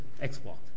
export